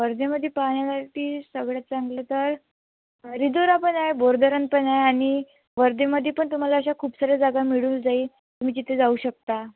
वर्ध्यामध्ये पाहण्यासाठी सगळ्यात चांगलं तर रिजोरा पण आहे बोर धरण पण आहे आणि वर्ध्यामध्ये पण तुम्हाला अशा खूप साऱ्या जागा मिळू जाईल तुम्ही जिथे जाऊ शकता